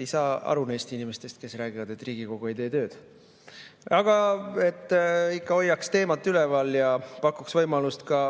Ei saa aru neist inimestest, kes räägivad, et Riigikogu ei tee tööd. Aga hoiaks ikka teemat üleval ja et pakkuda võimalust ka